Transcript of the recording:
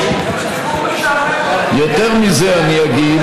אני אגיד